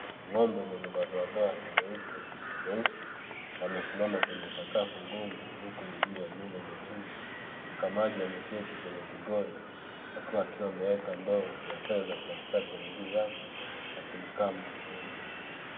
Ng'ombe mwenye madoadoa nyeupe na nyeusi amesimama kwenye sakafu ngumu huku miguu ya nyuma imejengwa. Mkamaji ameketi kwenye kigondo akiwa ameweka ndoo ya fedha Kati kati ya miguu yake akimkama ng'ombe.